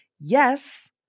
yes